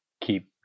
keep